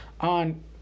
on